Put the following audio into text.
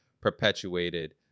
perpetuated